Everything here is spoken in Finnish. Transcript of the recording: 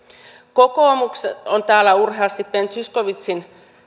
tänne kokoomus on täällä urheasti ben zyskowiczin